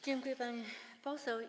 Dziękuję, pani poseł.